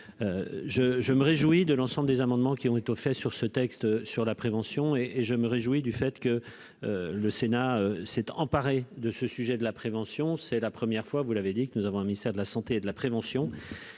je me réjouis de l'ensemble des amendements qui ont été faits sur ce texte sur la prévention et et je me réjouis du fait que le Sénat s'est emparée de ce sujet de la prévention, c'est la première fois, vous l'avez dit, que nous avons un ministère de la Santé et de la prévention